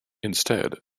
instead